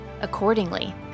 Accordingly